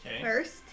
first